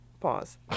Pause